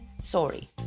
Sorry